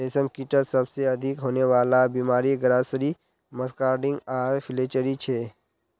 रेशमकीटत सबसे अधिक होने वला बीमारि ग्रासरी मस्कार्डिन आर फ्लैचेरी छे